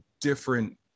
different